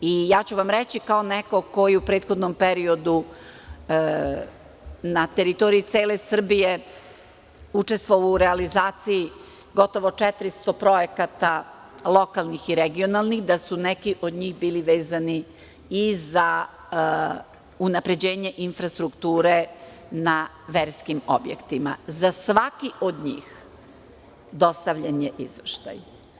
Reći ću vam, kao neko ko je u prethodnom periodu na teritoriji cele Srbije učestvovao u realizaciji gotovo 400 projekata lokalnih i regionalnih, da su neki od njih bili vezani i za unapređenje infrastrukture na verskim objektima, za svaki od njih dostavljen je izveštaj.